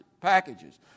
packages